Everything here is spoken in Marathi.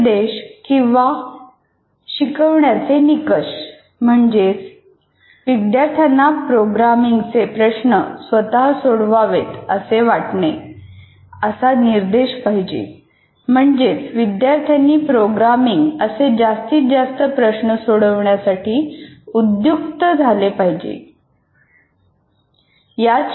निर्देश किंवा शिकवण्याचे निकष विद्यार्थ्यांना प्रोग्रॅमिंगचे प्रश्न स्वतः सोडवावेत असे वाटणे असा निर्देश पाहिजे म्हणजेच विद्यार्थी प्रोग्रॅमिंग असे जास्तीत जास्त प्रश्न सोडविण्यासाठी उद्युक्त झाला पाहिजे